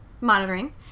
monitoring